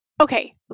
okay